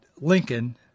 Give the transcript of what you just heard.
Lincoln